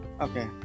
Okay